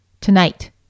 tonight